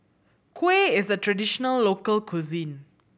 kuih is a traditional local cuisine